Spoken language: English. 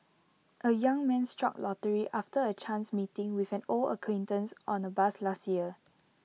A young man struck lottery after A chance meeting with an old acquaintance on A bus last year